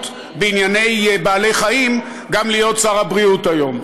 בענייני בעלי-חיים גם להיות שר הבריאות היום.